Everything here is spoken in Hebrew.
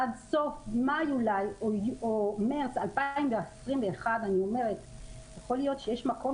עד סוף מאי או מרץ 2021. יכול להיות שיש מקום